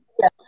yes